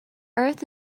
earth